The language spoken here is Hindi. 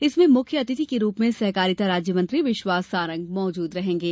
इसमें मुख्य अतिथि के रूप में सहकारिता राज्य मंत्री विश्वास सारंग उपस्थित रहेंगे